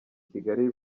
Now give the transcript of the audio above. kigali